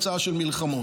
תוצאה של מלחמות.